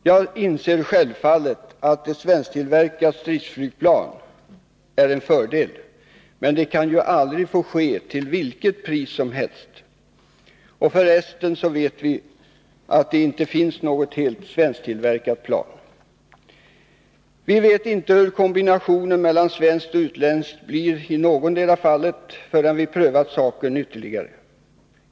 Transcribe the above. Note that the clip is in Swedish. Jag inser självfallet att ett svensktillverkat stridsflygplan är en fördel, men inte till vilket pris som helst. Förresten vet vi att det inte finns något helt svensktillverkat plan. Vi vet inte hur kombinationen mellan svenskt och utländskt blir i någotdera fallet, förrän vi prövat frågan ytterligare.